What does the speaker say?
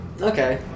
Okay